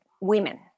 women